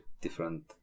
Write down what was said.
different